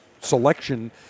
selection